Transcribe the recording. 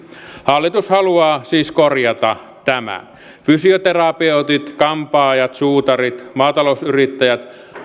hallitus haluaa siis korjata tämän fysioterapeutit kampaajat suutarit maatalousyrittäjät